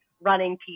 running